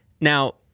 Now